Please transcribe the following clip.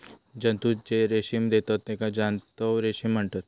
जंतु जे रेशीम देतत तेका जांतव रेशीम म्हणतत